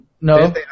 No